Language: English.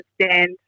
understand